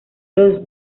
los